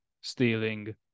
stealing